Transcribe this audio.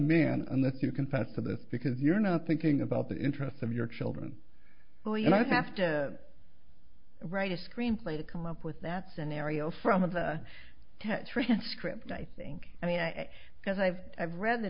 man unless you confess to this because you're not thinking about the interests of your children well you know i have to write a screenplay to come up with that scenario from of the transcript i think i mean and because i've i've read the